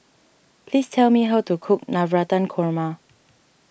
please tell me how to cook Navratan Korma